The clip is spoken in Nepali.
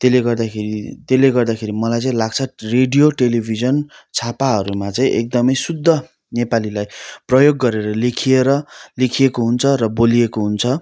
त्यसले गर्दाखेरि त्यसले गर्दाखेरि मलाई चाहिँ लाग्छ रेडियो टेलिभिजन छापाहरूमा चाहिँ एकदमै शुद्ध नेपालीलाई प्रयोग गरेर लेखिएर लेखिएको हुन्छ र बोलिएको हुन्छ